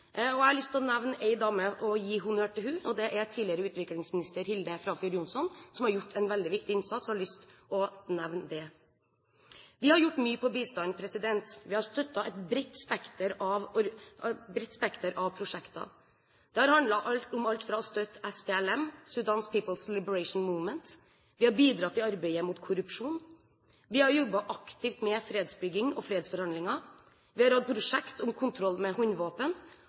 Jeg har lyst til å nevne en dame og gi honnør til henne, og det er tidligere utviklingsminister Hilde Frafjord Johnson, som har gjort en veldig viktig innsats – jeg har lyst til å nevne det. Vi har gjort mye på bistandsområdet. Vi har støttet et bredt spekter av prosjekter. Det har handlet om alt fra å støtte SPLM, Sudan People's Liberation Movement, vi har bidratt i arbeidet mot korrupsjon, vi har jobbet aktivt med fredsbygging og fredsforhandlinger, og vi har hatt prosjekt om kontroll med håndvåpen